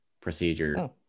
procedure